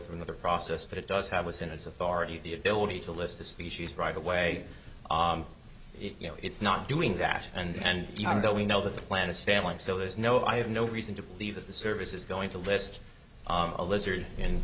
through another process but it does have was in its authority the ability to list the species right away if you know it's not doing that and even though we know that the plan is failing so there's no i have no reason to believe that the service is going to list a lizard in